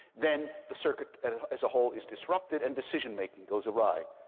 then the circuit as a whole is disrupted. and decision making goes awry.